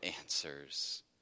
answers